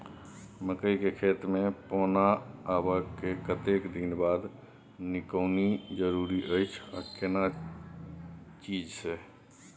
मकई के खेत मे पौना आबय के कतेक दिन बाद निकौनी जरूरी अछि आ केना चीज से?